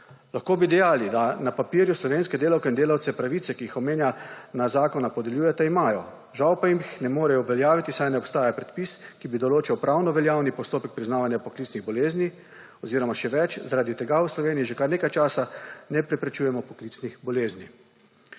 Lahko bi dejali, da na papirju slovenske delavke in delavci pravice, ki jih omenjena zakona podeljujeta, imajo, žal pa jih ne morejo uveljaviti, saj ne obstaja predpis, ki bi določal pravno veljaven postopek priznavanja poklicnih bolezni, oziroma še več, zaradi tega v Sloveniji že kar nekaj časa ne preprečujemo poklicnih bolezni.